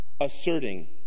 asserting